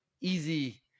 easy